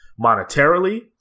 monetarily